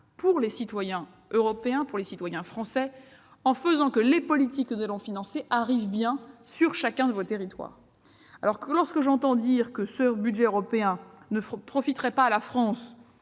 pour les citoyens européens et français, en faisant en sorte que les politiques que nous allons financer arrivent bien dans chacun de vos territoires. Lorsque j'entends dire que le budget européen ne profiterait pas à la France,